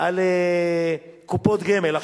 על קופות גמל.